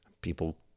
People